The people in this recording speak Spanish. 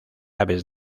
aves